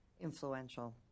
influential